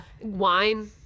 wine